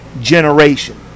generation